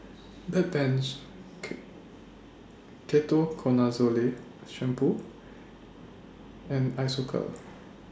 Bedpans Ketoconazole Shampoo and Isocal